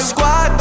Squad